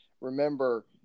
remember